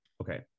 Okay